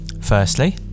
Firstly